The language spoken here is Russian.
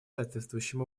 соответствующим